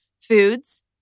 Foods